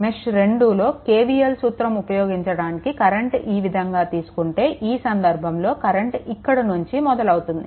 మెష్2 లో KVL సూత్రం ఉపయోగించడానికి కరెంట్ ఈ విధంగా తీసుకుంటే ఈ సందర్భంలో కరెంట్ ఇక్కడ నుంచి మొదలవుతుంది